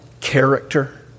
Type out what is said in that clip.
character